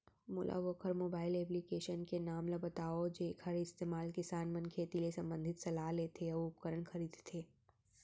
मोला वोकर mobile application के नाम ल बतावव जेखर इस्तेमाल किसान मन खेती ले संबंधित सलाह लेथे अऊ उपकरण खरीदथे?